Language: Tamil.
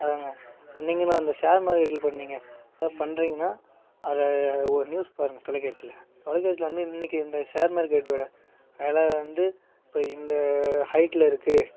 அதாங்க இப்போ நீங்களும் அந்த ஷேர் மார்க்கெட்டில இப்போ நீங்கள் ஏதாவது பண்ணுறீங்கன்னா அதில் ஒரு நியூஸ் பாருங்கள் தொலைக்காட்சியில தொலைக்காட்சியில வந்து இன்னைக்கு இந்த ஷேர் மார்க்கெட்டோட வில வந்து இப்போ இந்த ஹைட்டில இருக்கு